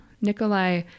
Nikolai